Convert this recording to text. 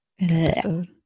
episode